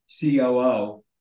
COO